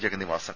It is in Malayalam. ജഗന്നിവാസൻ